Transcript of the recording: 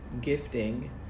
gifting